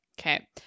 Okay